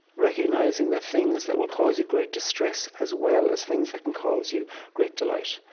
recognizing the things that will cause you great distress, as well as things that can cause you great delight,